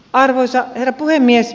arvoisa herra puhemies